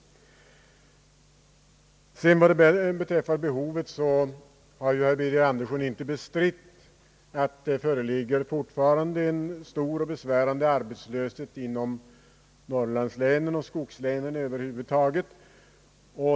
Vad beträffar behovet av beredskapsarbeten har herr Birger Andersson inte bestritt att det fortfarande föreligger en stor och besvärande arbetslöshet inom norrlandslänen och skogslänen över huvud taget.